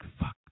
fuck